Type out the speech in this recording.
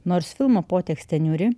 nors filmo potekstė niūri